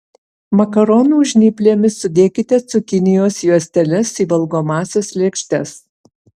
makaronų žnyplėmis sudėkite cukinijos juosteles į valgomąsias lėkštes